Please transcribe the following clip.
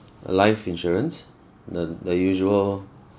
a life insurance the the usual